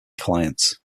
clients